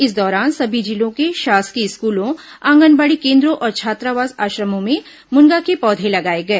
इस दौरान सभी जिलों के शासकीय स्कूलों आंगनबाड़ी केन्द्रों और छात्रावास आश्रमों में मुनगा के पौधे लगाए गए